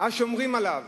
שומרים עליו,